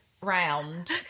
round